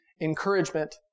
encouragement